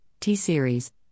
T-Series